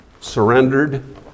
surrendered